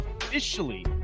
officially